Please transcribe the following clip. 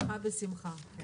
שמחה בשמחה.